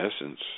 essence